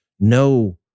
No